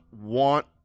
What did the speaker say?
want